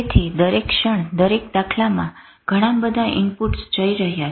તેથી દરેક ક્ષણ દરેક દાખલામાં ઘણા બધા ઇનપુટસ જઈ રહ્યા છે